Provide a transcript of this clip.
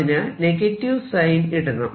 അതിനാൽ negative sign ഇടണം